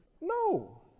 No